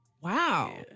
Wow